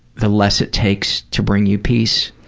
the less it takes to bring you peace?